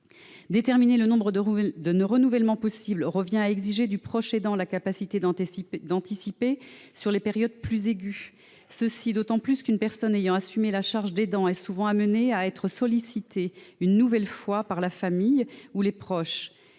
Déterminer le nombre de renouvellements possibles revient à exiger du proche aidant la capacité d'anticiper sur les périodes de dépendance plus aiguës, d'autant plus qu'une personne ayant assumé la charge d'aidant est souvent amenée à être sollicité une nouvelle fois par la famille ou par les proches.